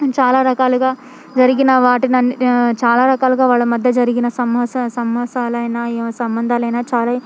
చాలా రకాలుగా జరిగిన వాటి అన్ చాలా రకాలుగా వాళ్ళ మధ్య జరిగిన సమాసా సమాసాలయిన సంబంధాలైన చాలా